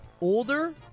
Older